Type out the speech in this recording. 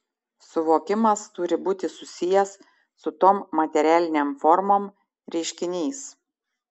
suvokimas turi būti susijęs su tom materialinėm formom reiškiniais